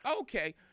okay